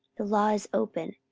the law is open,